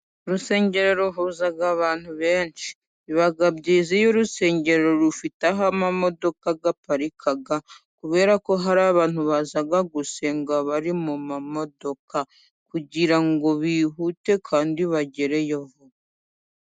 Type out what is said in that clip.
Urusengero ruhuza abantu benshi, biba byiza iy'urusengero, rufite aho amamodoka aparika, kubera ko hari abantu, baza gusenga bari mu mamodoka, kugirango bihute kandi bagereyo vuba.